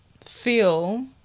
Feel